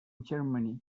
germany